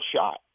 shot